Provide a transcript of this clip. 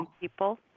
people